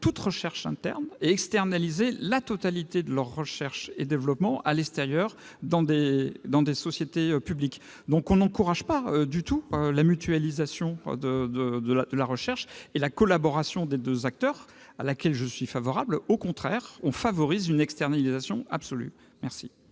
toute recherche interne et externaliser la totalité de la recherche et développement à l'extérieur, dans des sociétés publiques. De la sorte, on n'encourage pas du tout la mutualisation de la recherche et la collaboration des deux acteurs, auxquelles je suis favorable. Au contraire, on favorise une externalisation absolue. Je